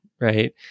right